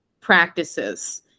practices